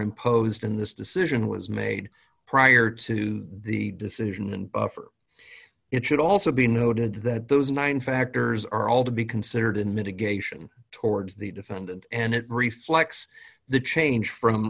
imposed in this decision was made prior to the decision and it should also be noted that those nine factors are all to be considered in mitigation towards the defendant and it reflects the change from